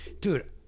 Dude